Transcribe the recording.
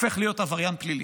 הופך להיות עבריין פלילי.